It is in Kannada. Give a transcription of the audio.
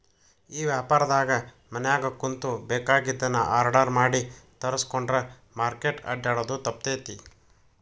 ಈ ವ್ಯಾಪಾರ್ದಾಗ ಮನ್ಯಾಗ ಕುಂತು ಬೆಕಾಗಿದ್ದನ್ನ ಆರ್ಡರ್ ಮಾಡಿ ತರ್ಸ್ಕೊಂಡ್ರ್ ಮಾರ್ಕೆಟ್ ಅಡ್ಡ್ಯಾಡೊದು ತಪ್ತೇತಿ